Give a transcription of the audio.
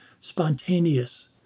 spontaneous